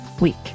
week